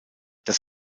das